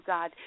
God